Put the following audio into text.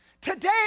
Today